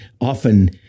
often